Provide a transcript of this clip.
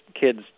kids